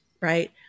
Right